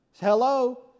Hello